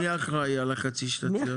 מי אחראי על החצי שנתיות?